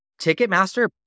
Ticketmaster